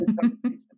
conversation